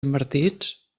invertits